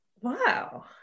wow